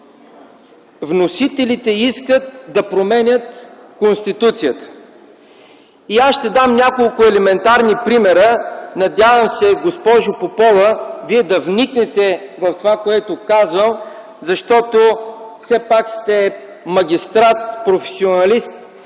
вносителите искат да променят Конституцията. И аз ще дам няколко елементарни примера. Надявам се, госпожо Попова, Вие да вникнете в това, което казвам, защото все пак сте магистрат, професионалист